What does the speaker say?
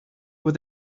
were